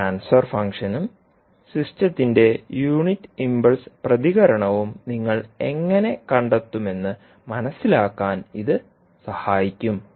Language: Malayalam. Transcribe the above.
ട്രാൻസ്ഫർ ഫംഗ്ഷനും സിസ്റ്റത്തിന്റെ യൂണിറ്റ് ഇംപൾസ് പ്രതികരണവും നിങ്ങൾ എങ്ങനെ കണ്ടെത്തുമെന്ന് മനസിലാക്കാൻ ഇത് സഹായിക്കും